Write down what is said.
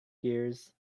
gears